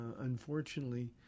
unfortunately